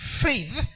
faith